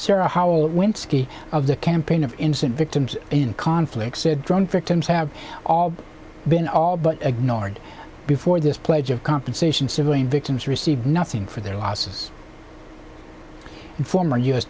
sarah howell went ski of the campaign of innocent victims in conflict said drunk victims have all been all but ignored before this pledge of compensation civilian victims receive nothing for their losses and former u